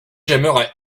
j’aimerai